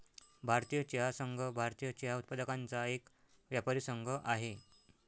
भारतीय चहा संघ, भारतीय चहा उत्पादकांचा एक व्यापारी संघ आहे